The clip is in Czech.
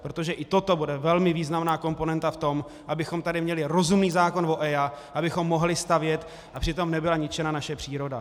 Protože i toto bude velmi významná komponenta v tom, abychom tady měli rozumný zákon o EIA, abychom mohli stavět a přitom nebyla ničena naše příroda.